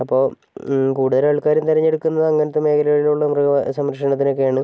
അപ്പം കൂടുതൽ ആൾക്കാരും തിരഞ്ഞെടുക്കുന്നത് അങ്ങനത്തെ മേഖലയിലുള്ള മൃഗസംരക്ഷണത്തിനൊക്കെയാണ്